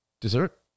dessert